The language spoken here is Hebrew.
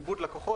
עם איבוד לקוחות,